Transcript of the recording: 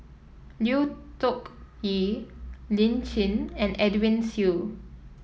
Lui Tuck Yew Lin Chen and Edwin Siew